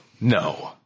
No